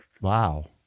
Wow